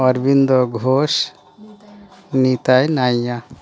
Aurobindo Ghosh Nitai Naiya